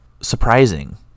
surprising